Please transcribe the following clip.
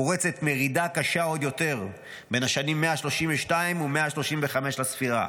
פרצה מרידה קשה עוד יותר בין השנים 132 ו-135 לספירה.